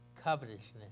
covetousness